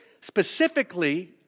Specifically